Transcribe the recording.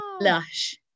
Lush